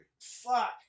Fuck